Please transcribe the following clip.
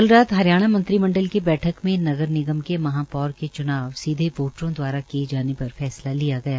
कल रात हरियाणा मंत्रिमंडल की बैठक में नगर निगम के महापौर के चुनाव सीधे वोटरो दवारा किए जाने पर सहमति दी गई